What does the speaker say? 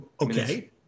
okay